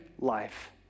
life